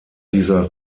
dieser